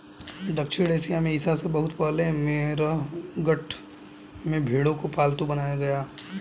दक्षिण एशिया में ईसा से बहुत पहले मेहरगढ़ में भेंड़ों को पालतू बनाया गया